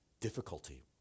difficulty